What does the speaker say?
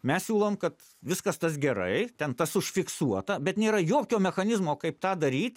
mes siūlom kad viskas tas gerai ten tas užfiksuota bet nėra jokio mechanizmo kaip tą daryt